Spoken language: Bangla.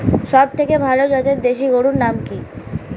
সবথেকে ভালো জাতের দেশি গরুর নাম কি?